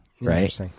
right